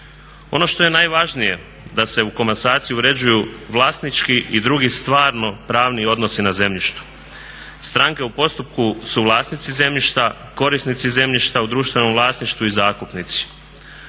Ono što je najvažnije, da se u komasaciji uređuju vlasnički i drugi stvarno pravni odnosi na zemljištu. Stranke u postupku su vlasnici zemljišta, korisnici zemljišta u društvenom vlasništvu i zakupnici.